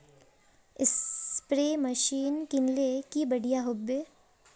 Spray machine किनले की बढ़िया होबवे?